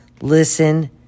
listen